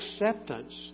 acceptance